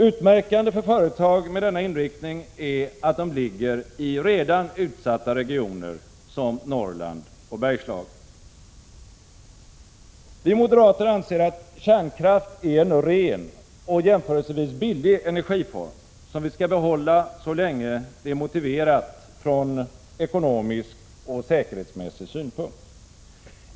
Utmärkande för företag med denna inriktning är att de ligger i redan utsatta regioner som Norrland och Bergslagen. Vi moderater anser att kärnkraft är en ren och jämförelsevis billig energiform, som vi skall behålla så länge det är motiverat från ekonomisk och säkerhetsmässig synpunkt.